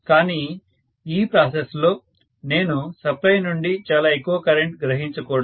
కానీ ఈ ప్రాసెస్ లో నేను సప్లై నుండి చాలా ఎక్కువ కరెంటు గ్రహించకూడదు